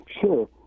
Sure